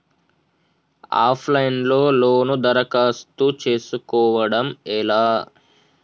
Of line లో loan దరఖాస్తు చేసుకోవడం ఎలా?